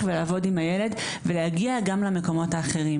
ולעבוד עם הילד ולהגיע גם למקומות האחרים